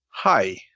Hi